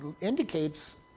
indicates